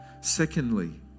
Secondly